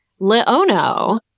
Leono